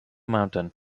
mountain